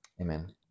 Amen